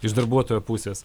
iš darbuotojo pusės